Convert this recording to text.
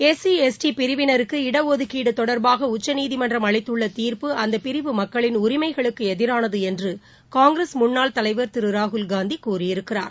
SC ST பிரிவினருக்கு இடஒதுக்கீடுதொடர்பாகஉச்சநீதிமன்றம் அளித்துள்ளதீர்ப்பு அந்தபிரிவு மக்களின் உரிமைகளுக்குஎதிரானதுஎன்றுகாங்கிரஸ் முன்னாள் தலைவர் திருராகுல்காந்திகூறியிருக்கிறார்